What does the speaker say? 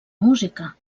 música